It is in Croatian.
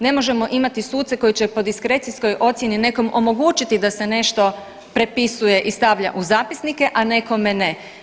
Ne možemo imati suce koji će po diskrecijskoj ocjeni nekom omogućiti da se nešto prepisuje i stavlja u zapisnike, a nekome ne.